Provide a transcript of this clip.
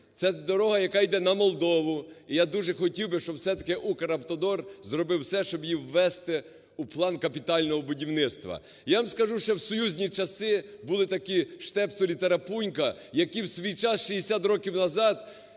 це дорога, яка йде на Молдову. І я дуже хотів би, щоб все-таки "Укравтодор" зробив все, щоб її ввести у план капітального будівництва. Я вам скажу, ще в союзні часи були такі Штепсель і Тарапунька, які в свій час, 60 років назад,